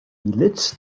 lit